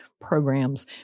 programs